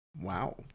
Wow